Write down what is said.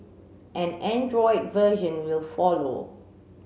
an Android version will follow